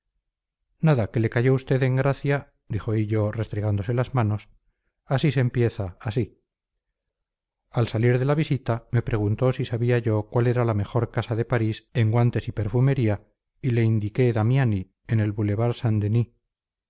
nada que le cayó usted en gracia dijo hillo restregándose las manos así se empieza así al salir de la visita me preguntó si sabía yo cuál era la mejor casa de parís en guantes y perfumería y le indiqué damiani en el bulevar